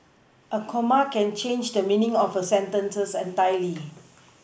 a comma can change the meaning of a sentence entirely